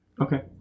Okay